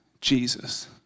Jesus